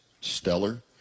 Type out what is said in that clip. stellar